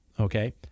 Okay